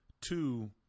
Two